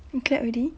you clap already